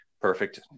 perfect